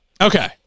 Okay